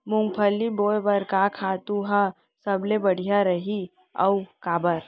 मूंगफली बोए बर का खातू ह सबले बढ़िया रही, अऊ काबर?